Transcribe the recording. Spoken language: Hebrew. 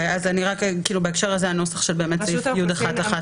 בהקשר הזה, הנוסח של סעיף י1(1).